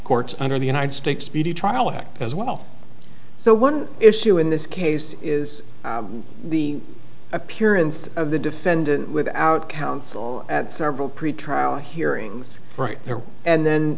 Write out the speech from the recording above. courts under the united states speedy trial act as well so one issue in this case is the appearance of the defendant without counsel at several pretrial hearings right there and then